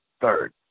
third